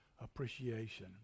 appreciation